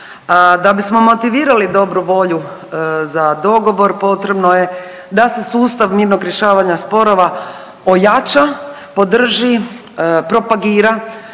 Da bismo motivirali dobru volju za dogovor potrebno je da se sustav mirnog rješavanja sporova ojača, podrži, propagira,